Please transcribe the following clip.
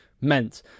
meant